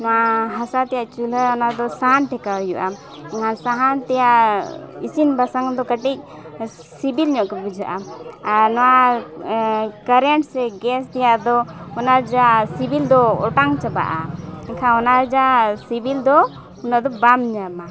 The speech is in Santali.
ᱱᱚᱣᱟ ᱦᱟᱥᱟ ᱛᱮᱭᱟᱜ ᱪᱩᱞᱦᱟᱹ ᱚᱱᱟ ᱫᱚ ᱥᱟᱦᱟᱱ ᱴᱷᱮᱠᱟᱣ ᱦᱩᱭᱩᱜᱼᱟ ᱚᱱᱟ ᱥᱟᱦᱟᱱ ᱛᱮᱭᱟᱜ ᱤᱥᱤᱱ ᱵᱟᱥᱟᱝ ᱫᱚ ᱠᱟᱹᱴᱤᱡ ᱥᱤᱵᱤᱞ ᱧᱚᱜ ᱜᱮ ᱵᱩᱡᱷᱟᱹᱜᱼᱟ ᱟᱨ ᱱᱚᱣᱟ ᱠᱟᱨᱮᱱᱴ ᱥᱮ ᱜᱮᱥ ᱛᱮᱭᱟᱜ ᱫᱚ ᱚᱱᱟ ᱡᱟ ᱥᱤᱵᱤᱞ ᱫᱚ ᱚᱴᱟᱝ ᱪᱟᱵᱟᱜᱼᱟ ᱮᱱᱠᱷᱟᱱ ᱚᱱᱟ ᱨᱮᱭᱟᱜ ᱥᱤᱵᱤᱞ ᱫᱚ ᱩᱱᱟᱹᱜ ᱫᱚ ᱵᱟᱢ ᱧᱟᱢᱟ